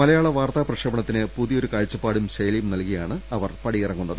മലയാള വാർത്താ പ്രക്ഷേപണത്തിന് പുതിയൊരു കാഴ്ച പ്പാടും ശൈലിയും നൽകിയാണ് അവർ പടിയിറങ്ങുന്നത്